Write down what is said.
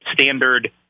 standard